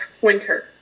winter